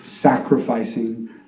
sacrificing